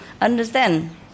understand